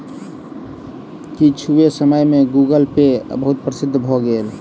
किछुए समय में गूगलपे बहुत प्रसिद्ध भअ भेल